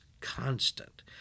constant